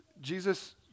Jesus